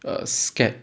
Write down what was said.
err scared